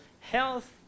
health